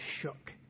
shook